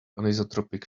anisotropic